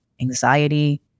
anxiety